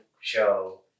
show